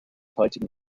heutigen